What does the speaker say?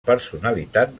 personalitat